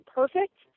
perfect